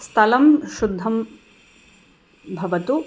स्थलं शुद्धं भवतु